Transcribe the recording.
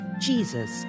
Jesus